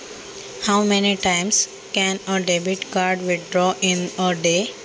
एका दिवसांत डेबिट कार्डद्वारे किती वेळा पैसे काढू शकतो?